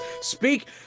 Speak